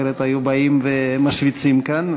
אחרת היו באים ומשוויצים כאן,